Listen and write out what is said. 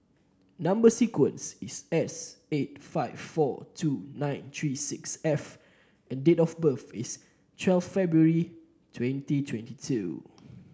number sequence is S eight five four two nine three six F and date of birth is twelve February twenty twenty two